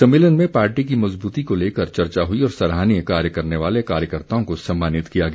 सम्मेलन में पार्टी की मज़बूती को लेकर चर्चा हुई और सराहनीय कार्य करने वाले कार्यकर्ताओं को सम्मानित किया गया